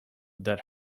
that